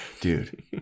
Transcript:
Dude